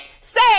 say